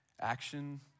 action